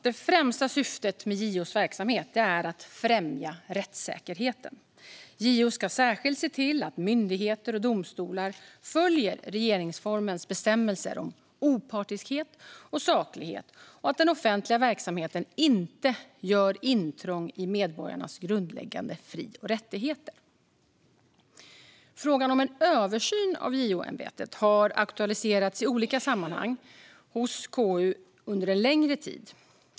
Det främsta syftet med JO:s verksamhet är att främja rättssäkerheten. JO ska särskilt se till att myndigheter och domstolar följer regeringsformens bestämmelser om opartiskhet och saklighet och att den offentliga verksamheten inte gör intrång i medborgarnas grundläggande fri och rättigheter. Frågan om en översyn av JO-ämbetet har aktualiserats i olika sammanhang hos KU under en längre tid.